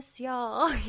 y'all